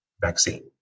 vaccine